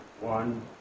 one